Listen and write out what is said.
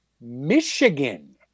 Michigan